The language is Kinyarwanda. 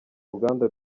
ruganda